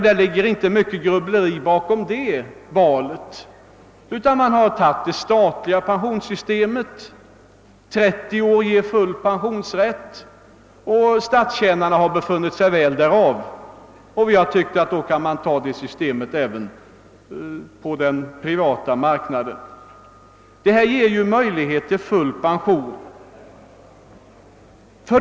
Det ligger inte mycket grubbleri bakom det valet, utan man har tagit det statliga pensionssystemet till förebild. 30 år ger enligt detta full pensionsrätt, och statstjänarna har befunnit sig väl därav. Vi har därför ansett att vi kunnat välja detta system även för den privata arbetsmarknaden. Detta system ger möjlighet till full pension.